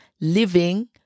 living